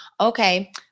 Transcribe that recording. Okay